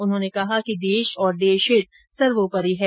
उन्होंने कहा कि देश और देश हित सर्वोपरि है